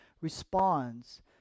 responds